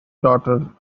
daughter